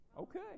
okay